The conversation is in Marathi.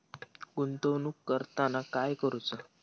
गुंतवणूक करताना काय करुचा?